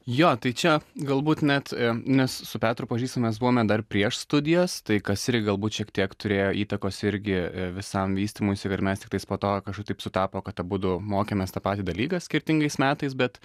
jo tai čia galbūt net nes su petru pažįs mes buvome dar prieš studijas tai kas irgi galbūt šiek tiek turėjo įtakos irgi visam vystymuisi ir mes tiktais po to kažkaip taip sutapo kad abudu mokėmės tą patį dalyką skirtingais metais bet